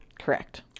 Correct